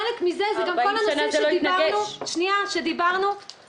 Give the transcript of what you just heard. חלק מזה זה גם כל הנושאים שעליהם דיברנו.